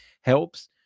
helps